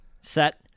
Set